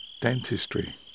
Dentistry